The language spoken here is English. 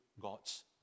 God's